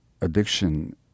addiction